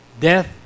Death